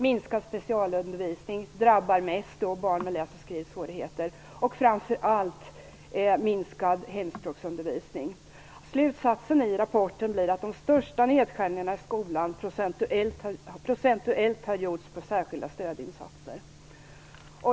Minskad specialundervisning drabbar mest barn med läs och skrivsvårigheter. Men framför allt handlar det om minskad hemspråksundervisning. Slutsatsen i rapporten blir att de största nedskärningarna i skolan procentuellt har gjorts på särskilda stödinsatser.